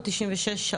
או 96 שעות,